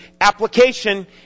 application